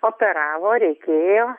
operavo reikėjo